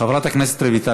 חברת הכנסת רויטל